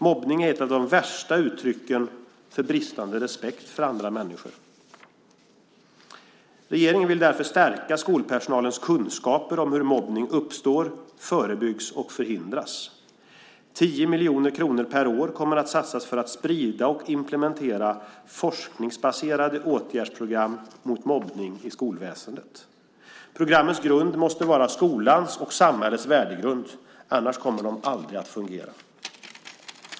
Mobbning är ett av de värsta uttrycken för bristande respekt för andra människor. Regeringen vill därför stärka skolpersonalens kunskaper om hur mobbning uppstår, förebyggs och förhindras. 10 miljoner kronor per år kommer att satsas för att sprida och implementera forskningsbaserade åtgärdsprogram mot mobbning i skolväsendet. Programmens grund måste vara skolans och samhällets värdegrund; annars kommer de aldrig att fungera.